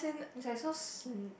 it's like so sn~